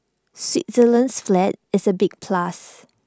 Switzerland's flag is A big plus